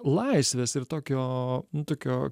laisvės ir tokio nu tokio